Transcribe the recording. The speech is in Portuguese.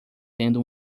tendo